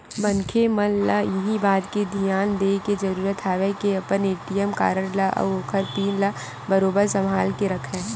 मनखे मन ल इही बात के धियान देय के जरुरत हवय के अपन ए.टी.एम कारड ल अउ ओखर पिन ल बरोबर संभाल के रखय